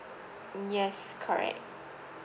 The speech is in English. yes correct